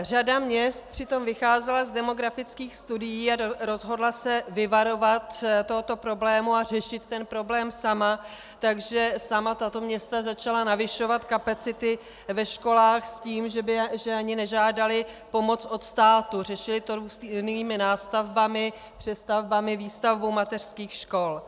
Řada měst přitom vycházela z demografických studií a rozhodla se vyvarovat tohoto problému a řešit ten problém sama, takže sama tato města začala navyšovat kapacity ve školách s tím, že ani nežádala pomoc od státu, řešila to různými nástavbami, přestavbami, výstavbou mateřských škol.